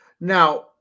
Now